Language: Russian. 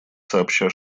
сообща